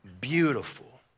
beautiful